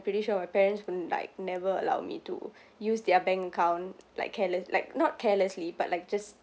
pretty sure my parents would like never allow me to use their bank account like careless like not carelessly but like just